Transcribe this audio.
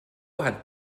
hat